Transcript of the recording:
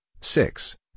six